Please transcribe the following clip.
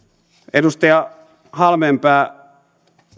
edustaja halmeenpää